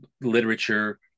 literature